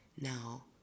now